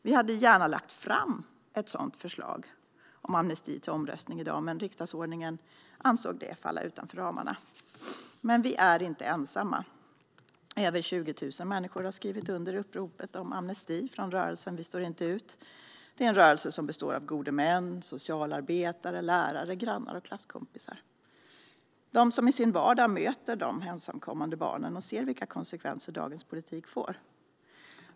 Vi hade gärna lagt fram ett förslag om amnesti till omröstning i dag, men det ansågs falla utanför ramarna enligt riksdagsordningen. Vi är dock inte ensamma. Över 20 000 människor har skrivit under uppropet om amnesti från rörelsen Vi står inte ut. Det är en rörelse som består av gode män, socialarbetare, lärare, grannar och klasskompisar - de som i sin vardag möter de ensamkommande barnen och ser vilka konsekvenser dagens politik får.